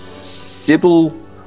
Sybil